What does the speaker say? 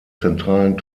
zentralen